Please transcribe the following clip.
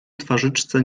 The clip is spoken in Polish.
twarzyczce